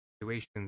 situations